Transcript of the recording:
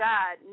God